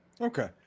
Okay